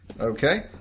Okay